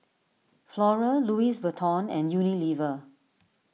Flora Louis Vuitton and Unilever